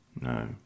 no